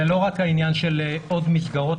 זה לא רק העניין של עוד מסגרות.